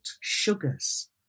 sugars